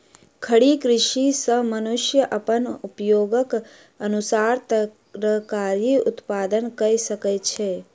खड़ी कृषि सॅ मनुष्य अपन उपयोगक अनुसार तरकारी उत्पादन कय सकै छै